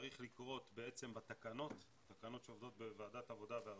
צריך לקרות בתקנות שעוברות בוועדת העבודה והרווחה.